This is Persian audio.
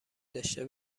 داشته